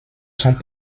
sont